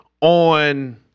on